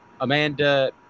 amanda